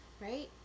right